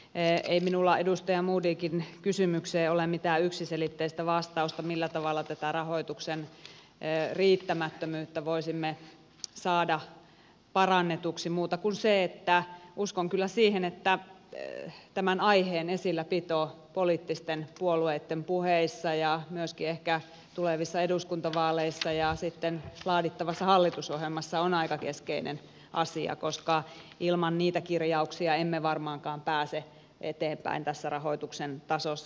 ei minulla edustaja modigin kysymykseen millä tavalla tätä rahoituksen riittämättömyyttä voisimme saada parannetuksi ole mitään yksiselitteistä vastausta muuta kuin se että uskon kyllä siihen että tämän aiheen esilläpito poliittisten puolueitten puheissa ja myöskin ehkä tulevissa eduskuntavaaleissa ja sitten laadittavassa hallitusohjelmassa on aika keskeinen asia koska ilman niitä kirjauksia emme varmaankaan pääse eteenpäin tässä rahoituksen tasossa